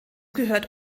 gehört